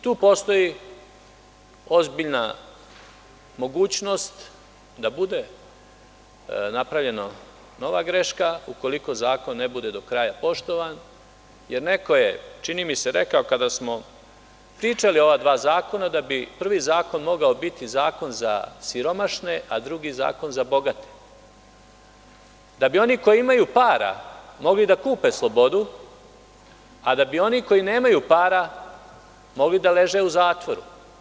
Tu postoji ozbiljna mogućnost da bude napravljena nova greška ukoliko zakon ne bude do kraja poštovan, jer neko je čini mi se rekao, kada smo pričali o ova dva zakona, da bi prvi zakon mogao biti zakon za siromašne, a drugi zakon za bogate, da bi oni koji imaju para mogli da kupe slobodu, a da bi oni koji nemaju para mogli da leže u zatvoru.